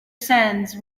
sands